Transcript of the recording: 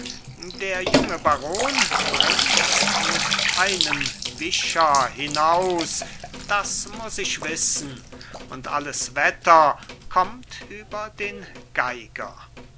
der junge baron bringt's mit einem wischer hinaus das muß ich wissen und alles wetter kommt über den geiger